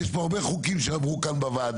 יש פה הרבה חוקים שעברו כאן בוועדה,